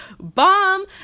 bomb